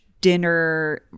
dinner